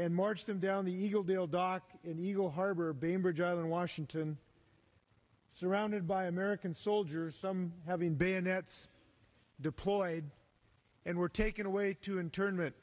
and march them down the eagle dale dock in eagle harbor bainbridge island washington surrounded by american soldiers some having been nets deployed and were taken away to internment